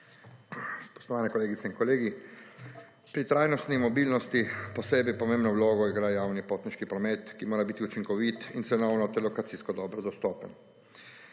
(PS SAB): Spoštovane kolegice in kolegi. Pri trajnostni mobilnosti posebej pomembno vlogo igra javni potniški promet, ki mora biti učinkovit in cenovno, ter lokacijsko dobro dostopen.